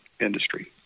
industry